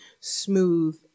smooth